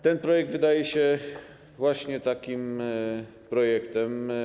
Ten projekt wydaje się właśnie takim projektem.